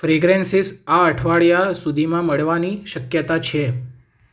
fragrances આ અઠવાડિયા સુધીમાં મળવાની શક્યતા છે